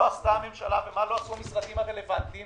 עשתה הממשלה ומה לא עשו המשרדים הרלוונטיים